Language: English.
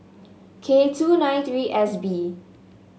K two nine three S B